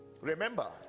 Remember